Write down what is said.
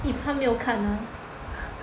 if 他没有看 ah